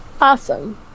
Awesome